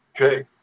Okay